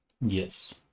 Yes